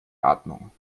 atmung